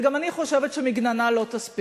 אבל גם אני חושבת שמגננה לא תספיק,